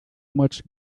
much